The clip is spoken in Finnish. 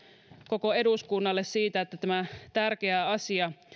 koko eduskunnalle siitä että tämä tärkeä asia